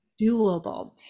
doable